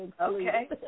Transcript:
Okay